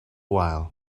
while